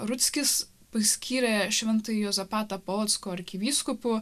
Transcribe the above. rutskis paskyrė šventąjį juozapatą polocko arkivyskupu